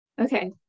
Okay